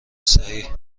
صحیح